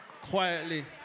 quietly